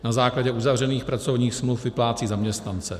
Na základě uzavřených pracovních smluv vyplácí zaměstnance.